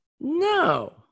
no